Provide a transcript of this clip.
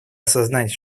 осознать